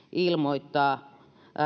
ilmoittaa